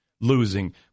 losing